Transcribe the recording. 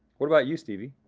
what about you, stevie,